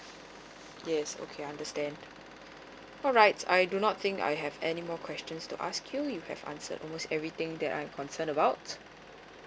yes okay understand alright I do not think I have any more questions to ask you you have answered almost everything that I am concern about